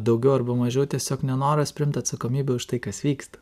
daugiau arba mažiau tiesiog nenoras priimt atsakomybę už tai kas vyksta